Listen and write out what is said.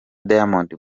diamond